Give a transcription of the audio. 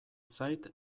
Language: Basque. zait